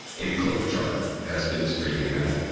amy klobuchar has been are you getting mad?